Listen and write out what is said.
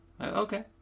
Okay